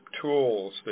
tools